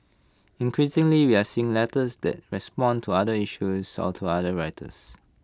increasingly we are seeing letters that respond to other issues or to other writers